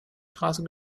straße